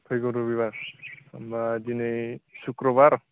फैगौ रबिबार होनबा दिनै सुक्र'बार